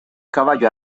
caballo